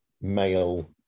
male